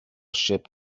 ship